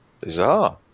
Bizarre